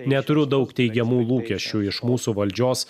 neturiu daug teigiamų lūkesčių iš mūsų valdžios